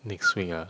next week ah